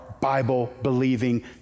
Bible-believing